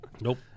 Nope